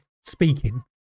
speaking